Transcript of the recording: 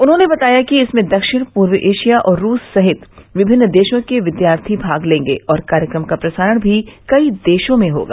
उन्होंने बताया कि इसमें दक्षिण पूर्व एशिया और रूस सहित विभिन्न देशों के विद्यार्थी भाग लेंगे और कार्यक्रम का प्रसारण भी कई देशों में होगा